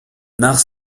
nach